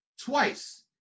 twice